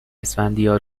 اسفندیار